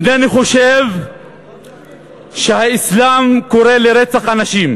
אינני חושב שהאסלאם קורא לרצח אנשים.